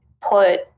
put